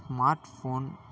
smartphone